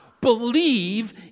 believe